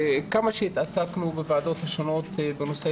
וכמה שהתעסקנו בוועדות השונות בנושא,